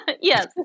Yes